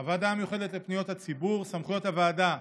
הוועדה המיוחדת לפניות הציבור, סמכויות הוועדה: